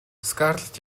скарлетт